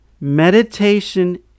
Meditation